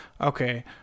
okay